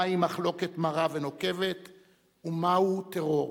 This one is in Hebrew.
מהי מחלוקת מרה ונוקבת ומהו טרור.